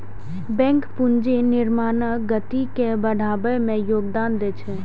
bank पूंजी निर्माणक गति के बढ़बै मे योगदान दै छै